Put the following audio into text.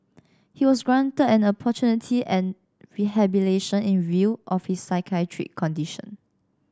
he was granted an opportunity at rehabilitation in view of his psychiatric condition